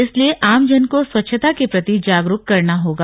इसलिए आमजन को स्वच्छता के प्रति जागरूक करना होगा